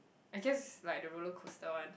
I guess like the roller coaster one